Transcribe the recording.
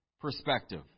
perspective